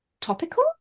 topical